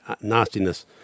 nastiness